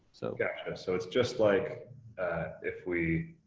so. gotcha, so, it's just like if we